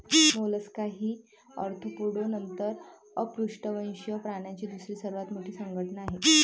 Mollusca ही arthropoda नंतर अपृष्ठवंशीय प्राण्यांची दुसरी सर्वात मोठी संघटना आहे